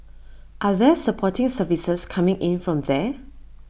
are there supporting services coming in from there